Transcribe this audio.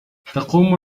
تقوم